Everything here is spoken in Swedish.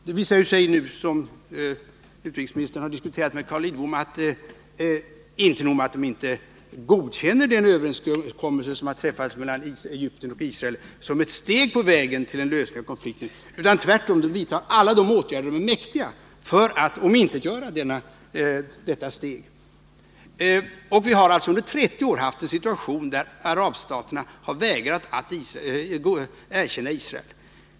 Det visar sig nu, som utrikesministern har diskuterat med Carl Lidbom, att det inte är nog med att PLO inte godkänner den överenskommelse som träffats mellan Egypten och Israel som ett steg på vägen till en lösning av konflikten, utan PLO vidtar alla de åtgärder organisationen är mäktig för att omintetgöra detta steg. Vi har alltså under 30 år haft en situation där arabstaterna vägrat att erkänna Israel.